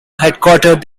headquartered